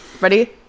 Ready